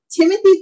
Timothy